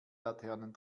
laternen